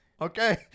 Okay